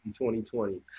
2020